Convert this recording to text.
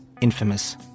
infamous